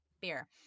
beer